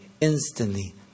Instantly